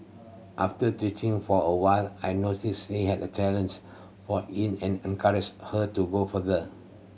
after teaching for a while I noticed she had a talent for in and encouraged her to go further